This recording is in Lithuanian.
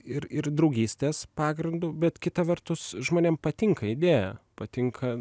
ir ir draugystės pagrindu bet kita vertus žmonėm patinka idėja patinka